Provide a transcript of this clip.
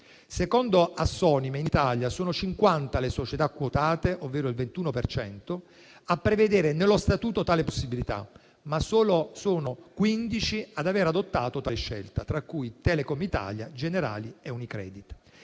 Secondo Assonime in Italia sono 50 le società quotate, ovvero il 21 per cento, a prevedere nello statuto tale possibilità, ma sono solo 15 ad aver adottato tale scelta, tra cui Telecom Italia, Generali e UniCredit.